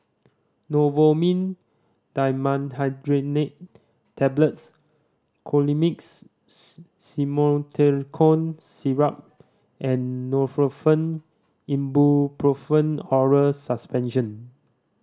Novomin Dimenhydrinate Tablets Colimix Simethicone Syrup and Nurofen Ibuprofen Oral Suspension